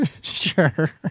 sure